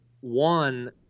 one